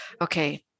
Okay